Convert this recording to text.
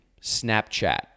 Snapchat